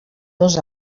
dos